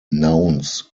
allowed